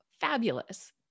fabulous